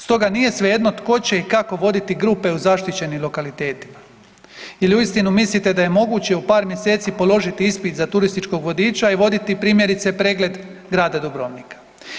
Stoga nije svejedno tko će i kako voditi grupe u zaštićenim lokalitetima ili uistinu mislite da je moguće u par mjeseci položiti ispit za turističkog vodiča i voditi primjerice pregled grada Dubrovnika.